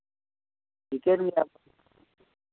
ᱴᱷᱤᱠᱟᱹᱱ ᱜᱮᱭᱟ